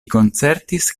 koncertis